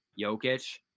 Jokic